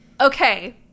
Okay